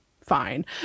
fine